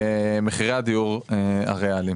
במחירי הדיור הריאליים.